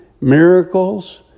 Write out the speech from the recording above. miracles